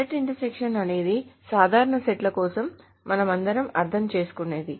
set intersection అనేది సాధారణ సెట్ల కోసం మనమందరం అర్థం చేసుకునేది